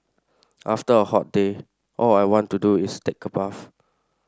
after a hot day all I want to do is take a bath